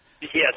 yes